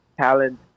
talent